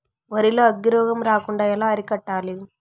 వరి లో అగ్గి రోగం రాకుండా ఎలా అరికట్టాలి?